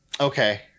Okay